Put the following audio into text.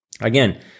again